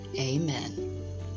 Amen